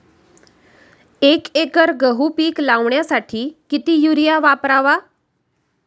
एक एकर गहू पीक लावण्यासाठी किती युरिया वापरावा?